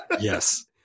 Yes